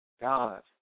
God